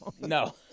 No